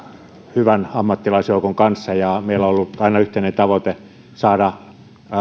hyvän ammattilaisjoukon kanssa ja meillä on ollut aina yhteinen tavoite saada